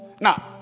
Now